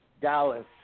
Dallas